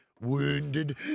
wounded